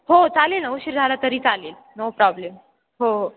हो चालेल उशीर झाला तरी चालेल नो प्रॉब्लेम हो हो